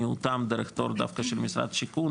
מיעוטם דווקא דרך תור של משרד השיכון,